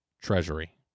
Treasury